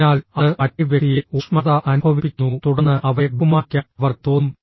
അതിനാൽ അത് മറ്റേ വ്യക്തിയെ ഊഷ്മളത അനുഭവിപ്പിക്കുന്നു തുടർന്ന് അവരെ ബഹുമാനിക്കാൻ അവർക്ക് തോന്നും